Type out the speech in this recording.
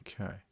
Okay